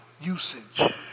usage